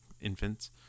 infants